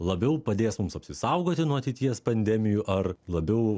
labiau padės mums apsisaugoti nuo ateities pandemijų ar labiau